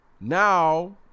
now